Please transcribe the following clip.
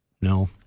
No